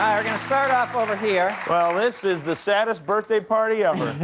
um we're going to start off over here. well, this is the saddest birthday party ever,